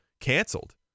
canceled